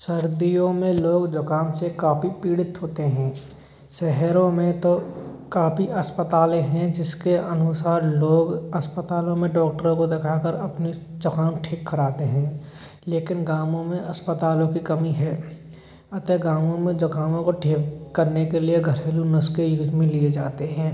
सर्दियों में लोग जुखाम से काफ़ी पीड़ित होते हैं शहरों में तो काफ़ी अस्पतालें हैं जिसके अनुसार लोग अस्पतालों में डॉक्टरों को दिखाकर अपनी जुखाम ठीक कराते हैं लेकिन गाँवों में अस्पतालों की कमी है अतः गाँवों में जुखामों को ठीक करने के लिए घरेलू नुस्खे यूज में लिए जाते हैं